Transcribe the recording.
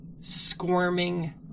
squirming